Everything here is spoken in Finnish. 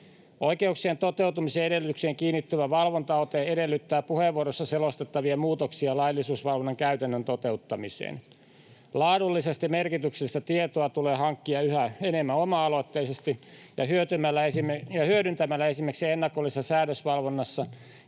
Oikeuksien toteutumisen edellytyksiin kiinnittyvä valvontaote edellyttää puheenvuorossa selostettavia muutoksia laillisuusvalvonnan käytännön toteuttamiseen. Laadullisesti merkityksellistä tietoa tulee hankkia yhä enemmän oma-aloitteisesti ja hyödyntämällä esimerkiksi ennakollisessa säädösvalvonnassa